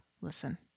Listen